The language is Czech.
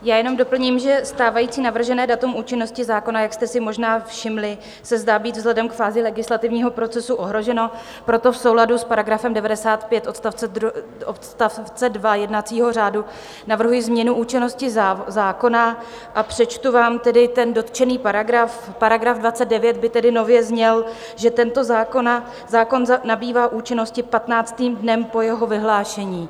Já jenom doplním, že stávající navržené datum účinnosti zákona, jak jste si možná všimli, se zdá být vzhledem k fázi legislativního procesu ohroženo, proto v souladu s § 95 odst. 2 jednacího řádu navrhuji změnu účinnosti zákona, a přečtu vám tedy ten dotčený paragraf § 29 by tedy nově zněl, že tento zákon nabývá účinnosti 15. dnem po jeho vyhlášení.